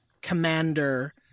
Commander